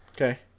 Okay